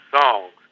songs